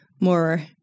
more